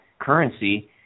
currency